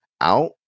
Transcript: out